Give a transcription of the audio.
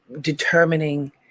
determining